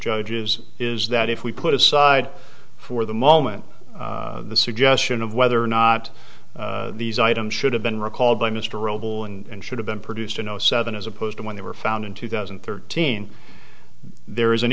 judges is that if we put aside for the moment the suggestion of whether or not these items should have been recalled by mr oval and should have been produced in zero seven as opposed to when they were found in two thousand and thirteen there is an